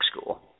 school